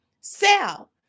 sell